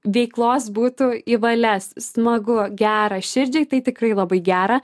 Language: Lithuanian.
veiklos būtų į valias smagu gera širdžiai tai tikrai labai gera